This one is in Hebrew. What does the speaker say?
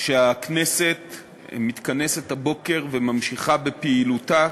שהכנסת מתכנסת הבוקר וממשיכה בפעילותה.